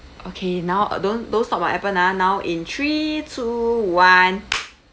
okay now uh don't don't stop my Appen ah now in three two one